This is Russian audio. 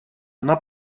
она